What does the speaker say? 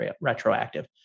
retroactive